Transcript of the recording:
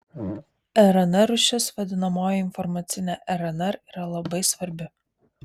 rnr rūšis vadinamoji informacinė rnr yra labai svarbi